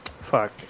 Fuck